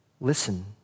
Listen